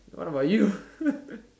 what about you